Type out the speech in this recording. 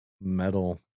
metal